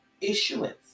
issuance